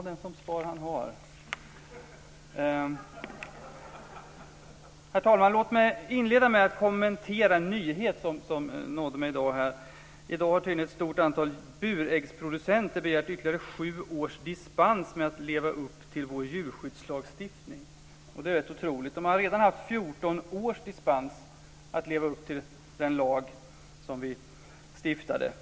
Herr talman! Den som spar han har. Låt mig inleda med att kommentera en nyhet som nått mig i dag. Tydligen har ett stort antal buräggsproducenter begärt ytterligare sju års dispens med att leva upp till vår djurskyddslagstiftning. Det är rätt otroligt. De har redan haft dispens i 14 år med att leva upp till den lag som vi stiftat.